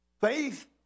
Faith